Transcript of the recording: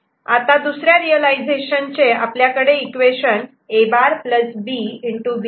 आणि आता दुसऱ्या रियलायझेशन चे आपल्याकडे इक्वेशन A' B